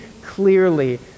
clearly